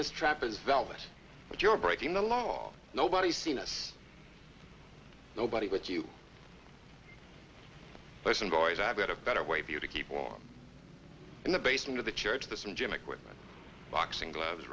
this trap is velvet but you're breaking the law nobody seen us nobody but you listen boys i've got a better way of you to keep warm in the basement of the church the same gym equipment boxing gloves